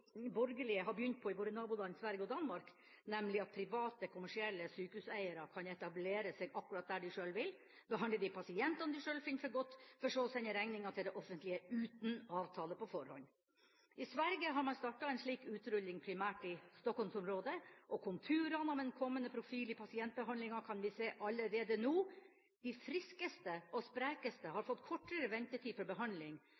borgerlige har begynt på i våre naboland Sverige og Danmark, nemlig at private kommersielle sykehuseiere kan etablere seg akkurat der de sjøl vil, behandle de pasientene de sjøl finner for godt, for så å sende regninga til det offentlige, uten avtale på forhånd. I Sverige har man startet en slik utrulling primært i Stockholm-området. Og konturen av en kommende profil i pasientbehandlinga kan vi se allerede nå: De friskeste og sprekeste